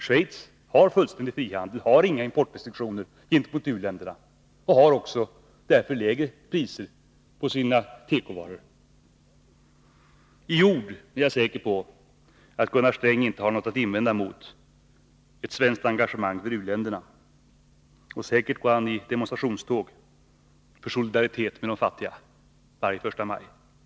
Schweiz har frihandel och inga importrestriktioner på teko gentemot u-länderna — och har därför också lägre priser på sina tekovaror. Jag är säker på att Gunnar Sträng inte i ord har något att invända emot ett svenskt engagemang för u-länderna. Och säkert går han i demonstrationståg för solidaritet med de fattiga varje första maj.